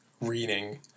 reading